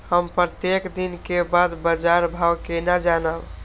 हम प्रत्येक दिन के बाद बाजार भाव केना जानब?